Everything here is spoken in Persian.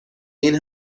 این